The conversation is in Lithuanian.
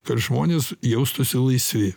kad žmonės jaustųsi laisvi